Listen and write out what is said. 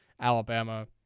Alabama